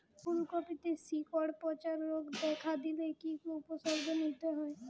ফুলকপিতে শিকড় পচা রোগ দেখা দিলে কি কি উপসর্গ নিতে হয়?